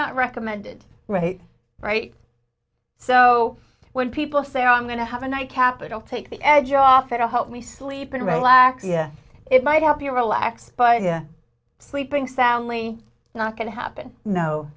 not recommended right right so when people say i'm going to have a nightcap it'll take the edge off it to help me sleep in my lack yes it might help you relax but sleeping soundly not going to happen no